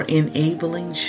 enabling